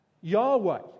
Yahweh